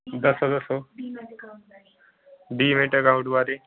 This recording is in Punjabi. ਦੱਸੋ ਦੱਸੋ ਡੀਮੈਟ ਅਕਾਊਂਟ ਬਾਰੇ